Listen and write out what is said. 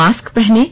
mask पहनें